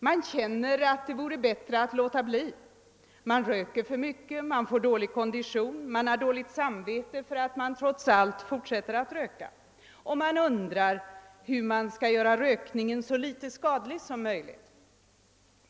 Man känner att det vore bättre att låta bli, man röker för mycket, får dålig kondition, har dåligt samvete för att man trots allt fortsätter att röka, och man undrar hur man skall göra rökningen så lite skadlig som möjligt.